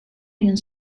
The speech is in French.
une